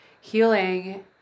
healing